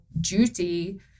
duty